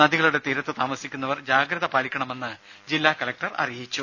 നദികളുടെ തീരത്ത് താമസിക്കുന്നവർ ജാഗ്രത പാലിക്കണമെന്ന് ജില്ലാ കലക്ടർ അറിയിച്ചു